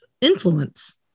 influence